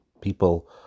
People